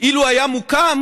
אילו היה מוקם,